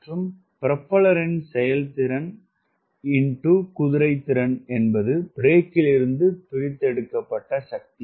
மற்றும் ப்ரொப்பல்லரின் செயல்திறன் x குதிரைத்திறன் என்பது பிரேக்கிலிருந்து பிரித்தெடுக்கப்பட்ட சக்தி